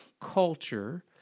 culture